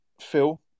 Phil